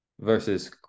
versus